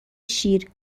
شیر